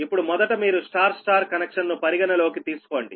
ఇప్పుడు మొదట మీరు Y Y కనెక్షన్ ను పరిగణలోకి తీసుకోండి